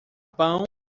pão